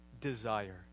desire